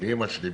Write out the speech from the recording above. ואימא שלי,